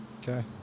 Okay